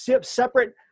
separate